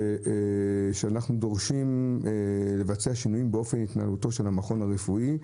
שאנחנו דורשים לבצע שינויים באופן התנהלותו של המכון הרפואי.